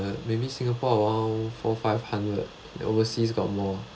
uh maybe singapore around four five hundred and overseas got more